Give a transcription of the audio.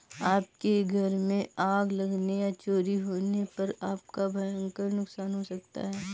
आपके घर में आग लगने या चोरी होने पर आपका भयंकर नुकसान हो सकता है